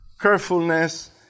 carefulness